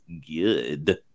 good